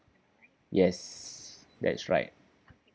yes that is right